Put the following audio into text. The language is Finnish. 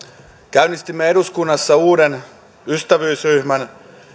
käynnistimme eduskunnassa uuden ystävyysryhmän